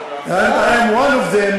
and I am one of them,